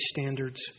standards